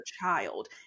child